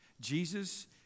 Jesus